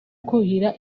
kuhira